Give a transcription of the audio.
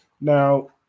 Now